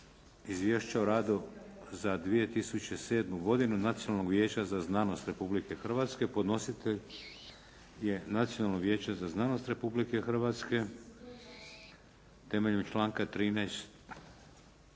Izvješće o radu za 2007. godinu Nacionalnog vijeća za znanost Republike Hrvatske Podnositelj: Nacionalno vijeće za znanost Republike Hrvatske Temeljem članka 13.